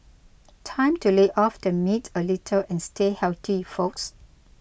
time to lay off the meat a little and stay healthy folks